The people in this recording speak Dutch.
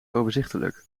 overzichtelijk